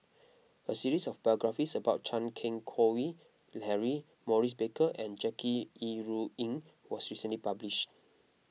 a series of biographies about Chan Keng Howe Harry Maurice Baker and Jackie Yi Ru Ying was recently published